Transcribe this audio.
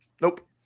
Nope